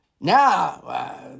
Now